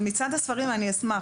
מצעד הספרים אני אשמח,